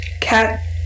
cat